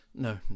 no